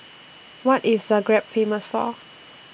What IS Zagreb Famous For